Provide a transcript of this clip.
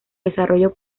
desarrollo